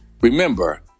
Remember